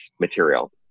material